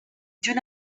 junt